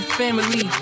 family